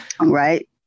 right